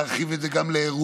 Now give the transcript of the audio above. להרחיב את זה גם לאירועים,